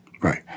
right